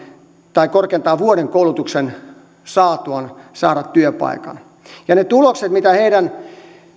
tai korkeintaan vuoden koulutuksen saatuaan saada työpaikan ja ne tulokset mitä näistä heidän